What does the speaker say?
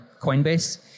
Coinbase